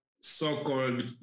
so-called